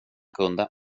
kunde